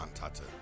hatte